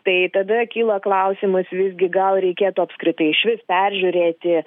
tai tada kyla klausimas visgi gal reikėtų apskritai išvis peržiūrėti